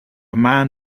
man